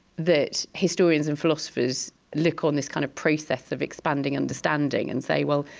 that historians and philosophers look on this kind of process of expanding understanding and say, well,